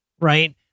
right